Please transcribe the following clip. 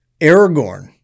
Aragorn